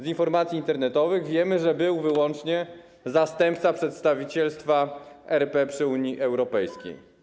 Z informacji internetowych wiemy, że był tam wyłącznie zastępca przedstawicielstwa RP przy Unii Europejskiej.